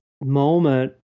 moment